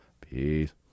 peace